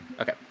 Okay